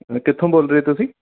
ਕਿੱਥੋਂ ਬੋਲਦੇ ਜੇ ਤੁਸੀਂ